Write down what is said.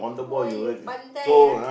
!wow! you pandai ah